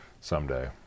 someday